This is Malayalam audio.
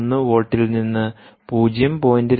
1 വോൾട്ടിൽ നിന്ന് 0